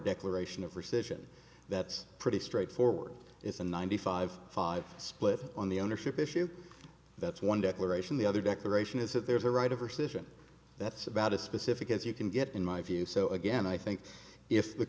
declaration of rescission that's pretty straightforward it's a ninety five five split on the ownership issue that's one declaration the other declaration is that there's a right over solution that's about as specific as you can get in my view so again i think if the